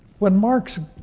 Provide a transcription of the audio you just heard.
when marx